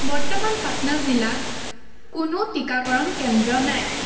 বৰ্তমান পাটনা জিলাত কোনো টীকাকৰণ কেন্দ্ৰ নাই